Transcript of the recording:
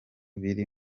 biri